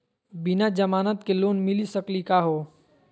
बिना जमानत के लोन मिली सकली का हो?